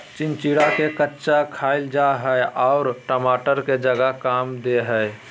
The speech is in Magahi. चिचिंडा के कच्चा खाईल जा हई आर टमाटर के जगह काम दे हइ